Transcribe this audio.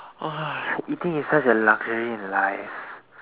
!wah! eating is such a luxury in life